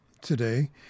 today